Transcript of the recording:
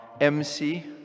MC